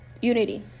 Unity